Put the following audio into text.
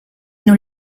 nous